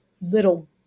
little